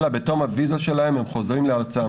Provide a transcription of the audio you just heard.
אלא בתום הוויזה שלהם הם חוזרים לעצמם